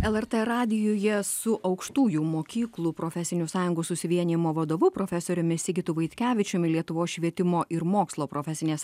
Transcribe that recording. lrt radijuje su aukštųjų mokyklų profesinių sąjungų susivienijimo vadovu profesoriumi sigitu vaitkevičium ir lietuvos švietimo ir mokslo profesinės